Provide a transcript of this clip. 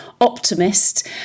optimist